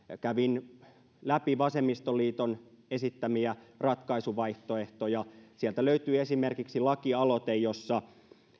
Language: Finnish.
kävin läpi vasemmistoliiton esittämiä ratkaisuvaihtoehtoja sieltä löytyy esimerkiksi lakialoite jossa